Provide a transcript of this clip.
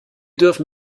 dürfen